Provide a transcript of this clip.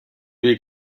via